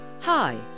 Hi